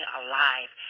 alive